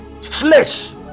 flesh